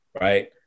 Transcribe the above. Right